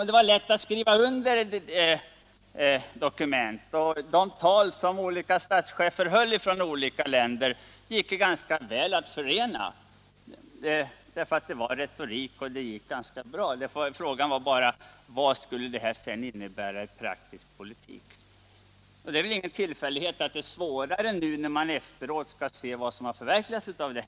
Det var ju lätt att skriva under dokumenten, och de tal som olika länders statschefer höll gick ganska väl att förena eftersom det var mest retorik. Frågan blev sedan vad detta sedan skulle innebära i praktisk politik. Och det är väl ingen tillfällighet att det är svårare nu, när man efteråt skall se vad som förverkligats.